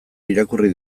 irakurri